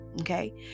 okay